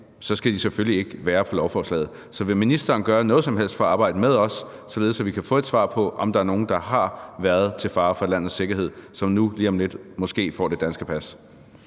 skal de selvfølgelig ikke være på lovforslaget. Så vil ministeren gøre noget som helst for at arbejde med os, således at vi kan få et svar på, om der er nogen, der har været til fare for landets sikkerhed, som nu lige om lidt måske får det danske pas?